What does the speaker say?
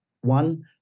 one